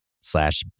slash